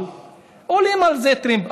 אבל עולים על זה טרמפ.